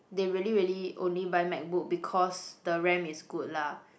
they really really only buy MacBook because the RAM is good lah